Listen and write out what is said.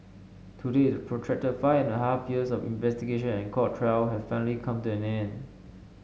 today the protracted five and a half years of investigation and court trial have finally come to an end